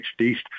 East